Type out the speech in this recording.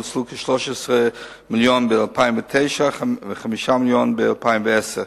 נוצלו כ-13 מיליון ב-2009 ו-5 מיליונים ב-2010,